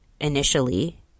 initially